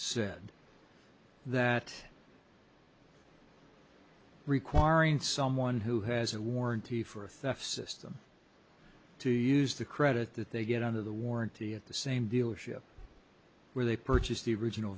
said that requiring someone who has a warranty for a theft system to use the credit that they get under the warranty at the same dealership where they purchased the original